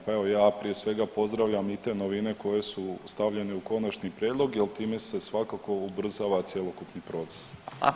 Pa evo ja prije svega pozdravljam i te novine koje su stavljene u konačni prijedlog jer time se svakako ubrzava cjelokupni proces.